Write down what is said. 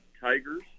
Tigers